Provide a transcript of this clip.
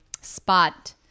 spot